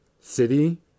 city